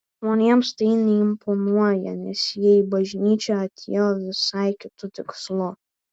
žmonėms tai neimponuoja nes jie į bažnyčią atėjo visai kitu tikslu